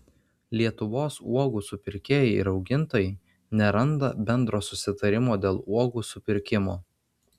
lietuvos uogų supirkėjai ir augintojai neranda bendro susitarimo dėl uogų supirkimo